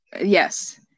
Yes